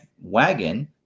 Wagon